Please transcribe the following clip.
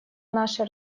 наше